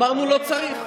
אמרנו: לא צריך,